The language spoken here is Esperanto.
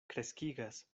kreskigas